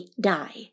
die